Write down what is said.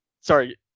Sorry